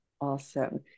awesome